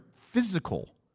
physical